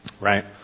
Right